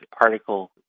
article